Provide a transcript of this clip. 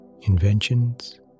inventions